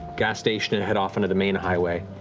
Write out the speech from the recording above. gas station and head off into the main highway,